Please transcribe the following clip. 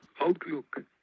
outlook